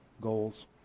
goals